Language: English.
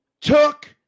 Took